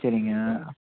சரிங்க